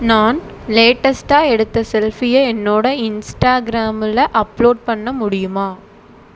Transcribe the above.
நான் லேட்டஸ்டாக எடுத்த செல்ஃபியை என்னோட இன்ஸ்டாகிராமில் அப்லோட் பண்ண முடியுமா